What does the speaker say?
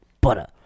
butter